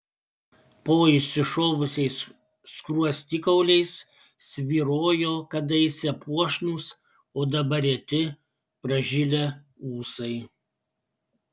po išsišovusiais skruostikauliais svyrojo kadaise puošnūs o dabar reti pražilę ūsai